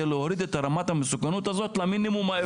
להוריד את רמת המסוכנות הזאת למינימום האפשרי.